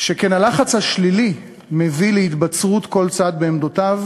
שכן הלחץ השלילי מביא להתבצרות כל צד בעמדותיו,